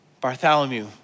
Bartholomew